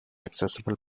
accessible